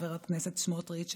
חבר הכנסת סמוטריץ',